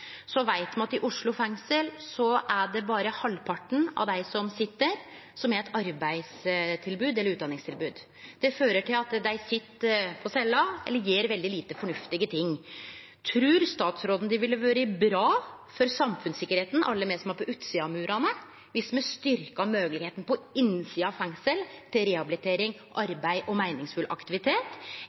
veit me at i Oslo fengsel er det berre halvparten av dei som sit der, som har eit arbeidstilbod eller utdanningstilbod. Det fører til at dei sit på cella eller gjer veldig lite fornuftige ting. Trur statsråden det ville vore bra for samfunnssikkerheita, for alle oss som er på utsida av murane, viss me styrkte moglegheita på innsida av fengsel til rehabilitering, arbeid og meiningsfull aktivitet,